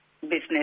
business